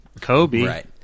Kobe